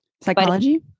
Psychology